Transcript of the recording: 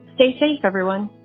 they say, everyone,